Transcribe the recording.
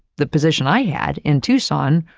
the position i had in tucson,